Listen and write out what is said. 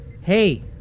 hey